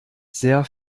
sehr